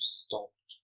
stopped